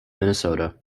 minnesota